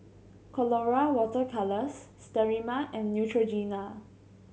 Colora Water Colours Sterimar and Neutrogena